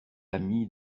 ami